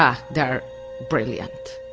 yeah they're brilliant.